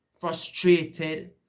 frustrated